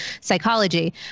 psychology